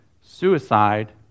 suicide